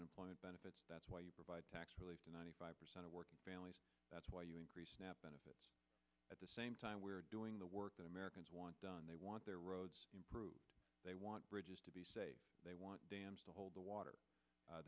unemployment benefits that's why you provide tax relief ninety five percent of working families that's why you increase snap benefits at the same time we're doing the work that americans want done they want their roads improved they want bridges they want dams to hold the water